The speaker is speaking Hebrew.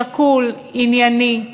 שקול, ענייני,